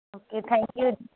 okay thank you ਜੀ